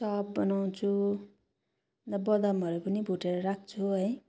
chop बनाउँछु अन्त बदामहरू पनि भुटेर राख्छु है